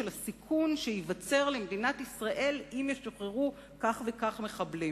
הסיכון שייווצר למדינת ישראל אם ישוחררו כך וכך מחבלים.